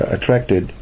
Attracted